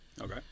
Okay